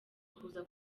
kuza